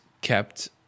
kept